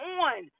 on